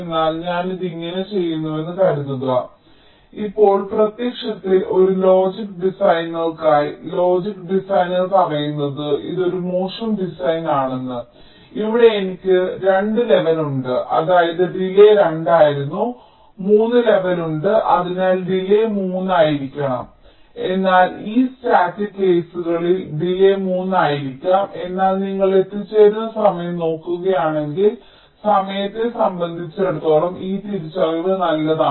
എന്നാൽ ഞാൻ ഇത് ഇങ്ങനെ ചെയ്യുന്നുവെന്ന് കരുതുക ഇപ്പോൾ പ്രത്യക്ഷത്തിൽ ഒരു ലോജിക് ഡിസൈനർക്കായി ലോജിക് ഡിസൈനർ പറയുന്നത് ഇത് ഒരു മോശം ഡിസൈൻ ആണെന്ന് ഇവിടെ എനിക്ക് 2 ലെവൽ ഉണ്ട് അതായത് ഡിലേയ് 2 ആയിരുന്നു 3 ലെവൽ ഉണ്ട് അതിനാൽ ഡിലേയ് മൂന്ന് ആയിരിക്കണം എന്നാൽ ഈ സ്റ്റാറ്റിക് കേസുകളിൽ ഡിലേയ് 3 ആയിരിക്കാം എന്നാൽ നിങ്ങൾ എത്തിച്ചേരുന്ന സമയം നോക്കുകയാണെങ്കിൽ സമയത്തെ സംബന്ധിച്ചിടത്തോളം ഈ തിരിച്ചറിവ് നല്ലതാണ്